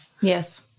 Yes